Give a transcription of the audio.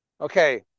Okay